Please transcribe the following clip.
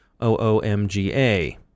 OOMGA